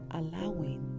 allowing